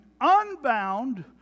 unbound